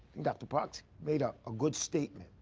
dr. parr made ah a good statement.